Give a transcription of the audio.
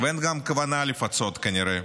ואין גם כוונה לפצות, כנראה.